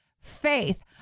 faith